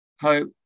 Hope